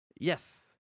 Yes